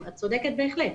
את צודקת בהחלט.